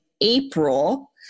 April